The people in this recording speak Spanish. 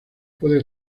puede